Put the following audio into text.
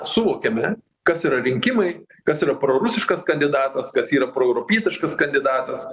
suvokiame kas yra rinkimai kas yra prorusiškas kandidatas kas yra proeuropietiškas kandidatas